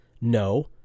No